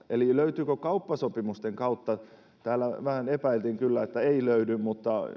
eli olisiko kauppasopimusten kautta täällä vähän epäiltiin kyllä että ei löydy mutta